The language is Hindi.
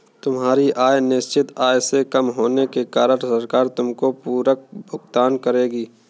तुम्हारी आय निश्चित आय से कम होने के कारण सरकार तुमको पूरक भुगतान करेगी